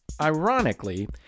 Ironically